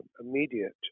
immediate